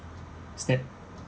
step